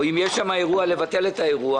או אם יש שם אירוע לבטל את האירוע,